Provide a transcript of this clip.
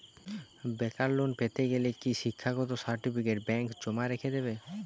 বেকার লোন পেতে গেলে কি শিক্ষাগত সার্টিফিকেট ব্যাঙ্ক জমা রেখে দেবে?